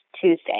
Tuesday